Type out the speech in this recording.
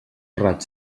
raig